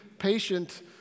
patient